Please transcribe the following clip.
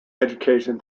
education